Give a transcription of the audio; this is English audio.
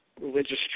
religious